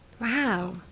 Wow